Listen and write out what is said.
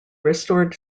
restored